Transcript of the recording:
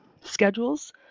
Schedules